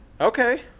Okay